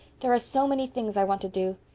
there are so many things i want to do.